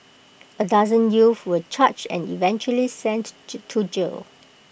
A dozen youth were charged and eventually sent to jail